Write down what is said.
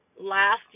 last